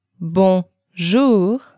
Bonjour